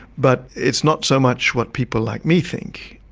but it's not so much what people like me think,